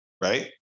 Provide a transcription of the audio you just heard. right